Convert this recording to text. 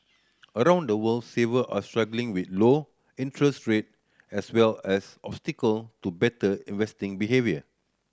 around the world saver are struggling with low interest rate as well as obstacle to better investing behaviour